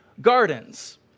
gardens